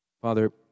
Father